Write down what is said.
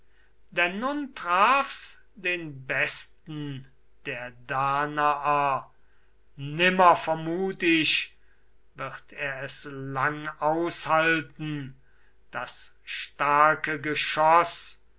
denn nun traf's den besten der danaer nimmer vermut ich wird er es lang aushalten das starke geschoß